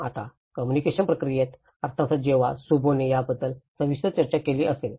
आता कम्युनिकेशन प्रक्रियेत अर्थातच जेव्हा शुभो ने याबद्दल सविस्तर चर्चा केली असेल